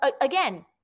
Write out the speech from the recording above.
again